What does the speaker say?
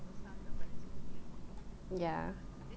ya